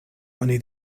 oni